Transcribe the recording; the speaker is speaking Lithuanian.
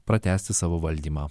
pratęsti savo valdymą